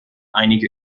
einige